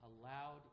allowed